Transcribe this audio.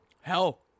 Hell